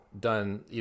done